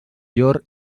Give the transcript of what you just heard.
llor